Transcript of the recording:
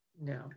No